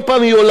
פה על אונס,